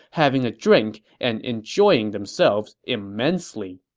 having a drink, and enjoying themselves immensely.